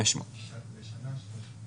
500. לשנה 300 מיליון.